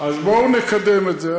בואו נקדם את זה.